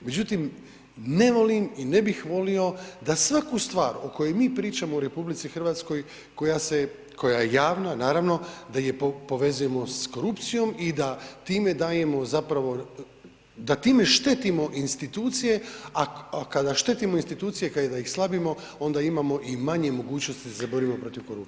Međutim, ne volim i ne bih volio da svaku stvar o kojoj mi pričamo u RH koja se, koja je javna naravno, da je povezujemo s korupcijom i da time dajemo zapravo, da time štetimo institucije, a kada štetimo institucije, kada da ih slabimo onda imamo i manje mogućnosti za borbu protiv korupcije.